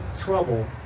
trouble